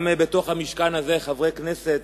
גם בתוך המשכן הזה יש חברי כנסת